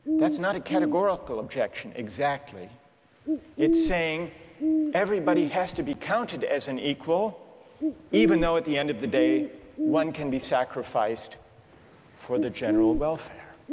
that's not a categorical objection exactly it's saying everybody has to be counted as an equal even though, at the end of the day one can be sacrificed for the general welfare.